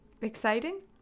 exciting